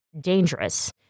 dangerous